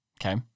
Okay